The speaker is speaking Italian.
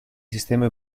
sistemi